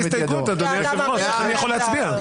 ההסתייגות, אדוני היושב-ראש, איך אני יכול להצביע?